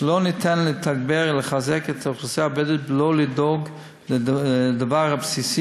שלא ניתן לתגבר ולחזק את האוכלוסייה הבדואית בלא לדאוג לדבר הבסיסי